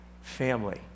family